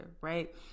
right